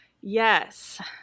Yes